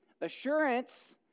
Assurance